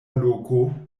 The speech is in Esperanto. loko